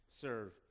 serve